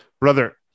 Brother